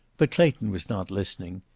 but clayton was not listening.